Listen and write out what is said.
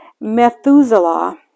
Methuselah